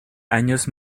años